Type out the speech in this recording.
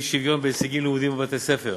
אי-שוויון בהישגים לימודיים בבתי-הספר: